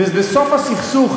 ובסוף הסכסוך,